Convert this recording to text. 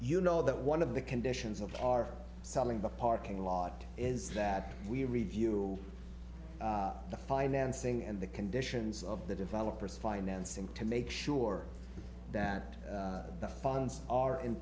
you know that one of the conditions of our selling book parking lot is that we review the financing and the conditions of the developers financing to make sure that the funds are in